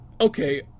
Okay